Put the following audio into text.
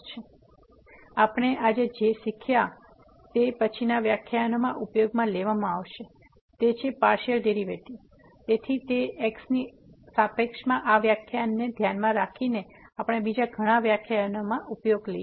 તેથી આપણે આજે જે શીખ્યા છે તે પછીનાના વ્યાખ્યાનોમાં ઉપયોગમાં લેવામાં આવશે તે છે પાર્સીઅલ ડેરીવેટીવ તેથી તે x ની સાપેક્ષમાં આ વ્યાખ્યાને ધ્યાનમાં રાખીને આપણે બીજા ઘણા વ્યાખ્યાનોમાં ઉપયોગમાં લઈશું